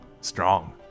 Strong